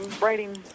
writing